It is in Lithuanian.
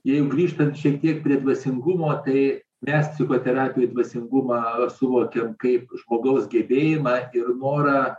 jeigu grįžtant šiek tiek prie dvasingumo tai nes psichoterapijoj dvasingumą suvokiam kaip žmogaus gebėjimą ir norą